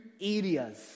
areas